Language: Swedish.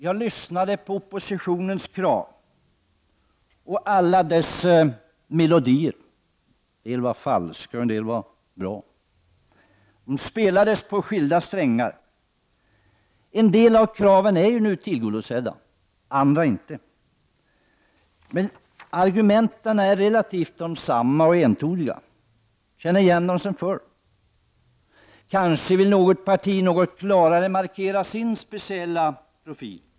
Jag lyssnade på oppositionens krav och alla dess melodier. En del lät falska och en del lät bra. Melodierna spelades på skilda strängar. En del krav är tillgodosedda, andra får vänta. Argumenten är desamma, melodierna är entoniga och vi känner igen dem sedan tidigare. Kanske vill något parti något klarare markera sin speciella profil.